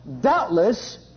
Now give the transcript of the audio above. Doubtless